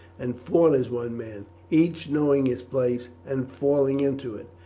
and fought as one man, each knowing his place and falling into it,